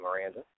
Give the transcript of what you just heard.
Miranda